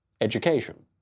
education